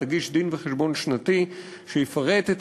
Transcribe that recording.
היא תגיש דין-וחשבון שנתי שיפרט את